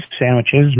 Sandwiches